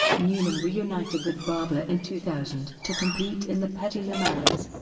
newman reunited with barbour in two thousand to compete in the petit le mans.